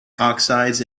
oxides